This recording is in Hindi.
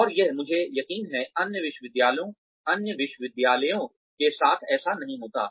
और यह मुझे यकीन है अन्य विश्वविद्यालयों के साथ ऐसा नही होता